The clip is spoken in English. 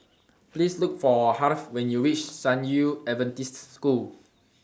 Please Look For Harve when YOU REACH San Yu Adventist School